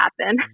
happen